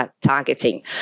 targeting